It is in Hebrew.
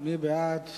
מי בעד?